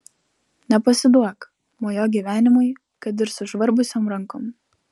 nepasiduok mojuok gyvenimui kad ir sužvarbusiom rankom